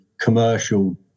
commercial